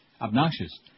Obnoxious